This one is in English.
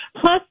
Plus